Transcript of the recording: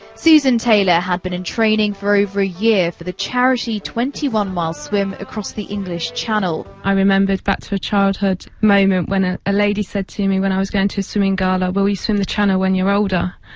susan taylor had been in training for over a year for the charity twenty one mile swim across the english channel. i remembered back to a childhood moment when a a lady said to me when i was going to a swimming gala, will you swim the channel when you're older?